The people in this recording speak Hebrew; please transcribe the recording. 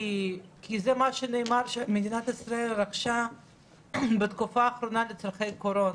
כי זה מה שנאמר שמדינת ישראל רכשה בתקופה האחרונה לצרכי קורונה.